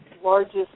largest